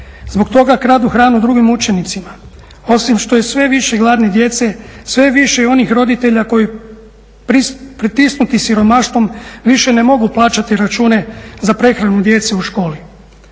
zbog toga kradu hranu drugim učenicima. Osim što je sve više gladne djece, sve je više i onih roditelja koji pritisnuti siromaštvom više ne mogu plaćati račune za prehranu djece u školi.